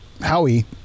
howie